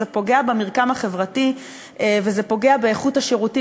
וזה פוגע במרקם החברתי ובאיכות השירותים